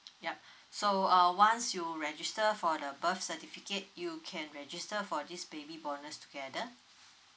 yup so uh once you register for the birth certificate you can register for these this baby bonus together